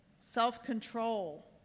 self-control